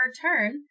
turn